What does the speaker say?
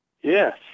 Yes